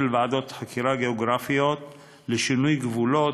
ועדות חקירה גיאוגרפיות לשינוי גבולות,